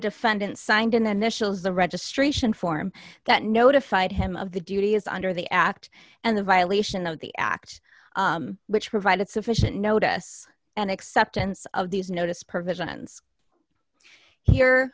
defendant signed in the initials the registration form that notified him of the duty is under the act and the violation of the act which provided sufficient notice and acceptance of these notice provisions here